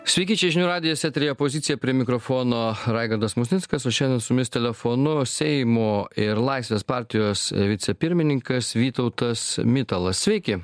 sveiki čia žinių radijas eteryje pozicija prie mikrofono raigardas musnickas o šiandien su mumis telefonu seimo ir laisvės partijos vicepirmininkas vytautas mitalas sveiki